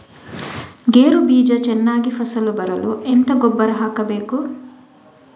ಗೇರು ಬೀಜ ಚೆನ್ನಾಗಿ ಫಸಲು ಬರಲು ಎಂತ ಗೊಬ್ಬರ ಹಾಕಬೇಕು?